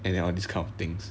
and then all these kind of things